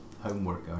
homework